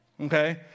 okay